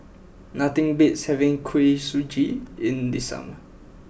nothing beats having Kuih Suji in the summer